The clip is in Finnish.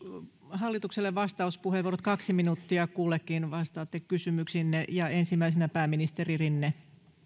hallitukselle vastauspuheenvuorot kaksi minuuttia kullekin vastaatte kysymyksiinne ensimmäisenä pääministeri rinne